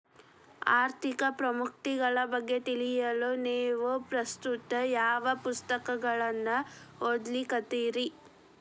ಆರ್ಥಿಕ ಪ್ರವೃತ್ತಿಗಳ ಬಗ್ಗೆ ತಿಳಿಯಲು ನೇವು ಪ್ರಸ್ತುತ ಯಾವ ಪುಸ್ತಕಗಳನ್ನ ಓದ್ಲಿಕತ್ತಿರಿ?